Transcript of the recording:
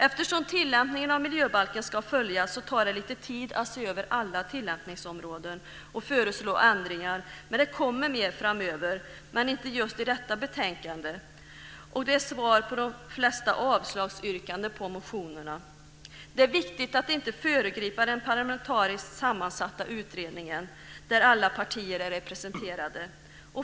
Eftersom tillämpningen av miljöbalken ska följas, tar det lite tid att se över alla tillämpningsområden och föreslå ändringar. Det kommer mer framöver, men inte i just detta betänkande. Det är förklaringen till de flesta avslagsyrkanden på motionerna. Det är viktigt att inte föregripa den parlamentariskt sammansatta utredningen där alla partier är representerade.